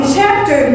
chapter